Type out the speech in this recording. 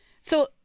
So-